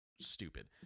stupid